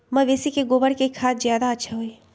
मवेसी के गोबर के खाद ज्यादा अच्छा होई?